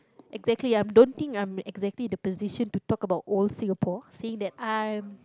exactly I'm don't think I'm exactly the position to talk about old Singapore think that I'm